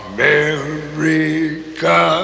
America